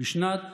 בשנת